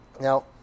Now